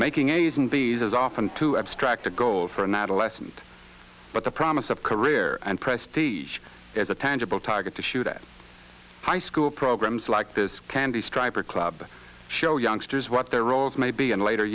is often too abstract a goal for an adolescent but the promise of career and prestige as a tangible target to shoot at high school programs like this candy striper club show youngsters what their roles may be in later